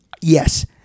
Yes